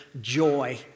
joy